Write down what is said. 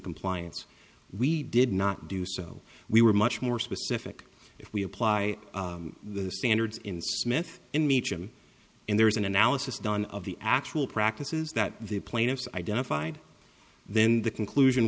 compliance we did not do so we were much more specific if we apply the standards in smith and meet him and there is an analysis done of the actual practices that the plaintiffs identified then the conclusion